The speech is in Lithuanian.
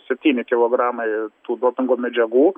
septyni kilogramai tų dopingo medžiagų